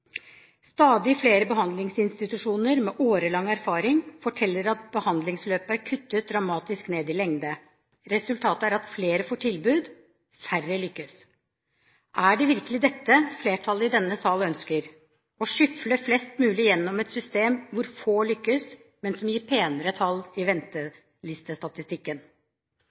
Stadig flere behandlingsinstitusjoner med årelang erfaring forteller at behandlingsløpet er kuttet dramatisk i lengde. Resultatet er at flere får tilbud, men færre lykkes. Er det virkelig dette flertallet i denne sal ønsker – å skyfle flest mulig gjennom et system hvor få lykkes, men som gir penere tall i ventelistestatistikken?